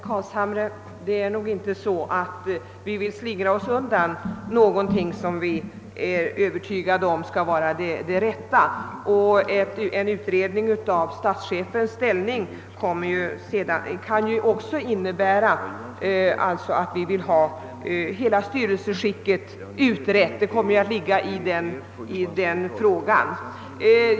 Herr talman! Nej, herr Carlshamre, det är inte så att vi vill slingra oss undan något som vi är övertygade om är det rätta. Och en utredning av statschefens ställning kan ju också innebära att hela styrelseskicket utreds — det ligger i frågan.